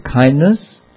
kindness